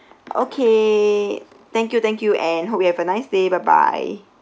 okay thank you thank you and hope you have a nice day bye bye